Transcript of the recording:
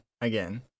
again